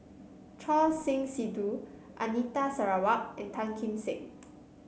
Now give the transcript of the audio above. Choor Singh Sidhu Anita Sarawak and Tan Kim Seng